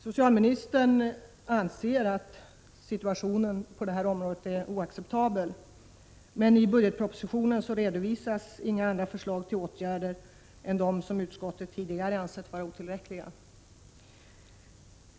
Socialministern anser att situationen på detta område är oacceptabel, men i budgetpropositionen redovisas inga andra förslag till åtgärder än de som utskottet tidigare ansett vara otillräckliga.